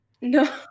No